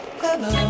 hello